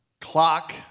clock